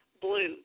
blue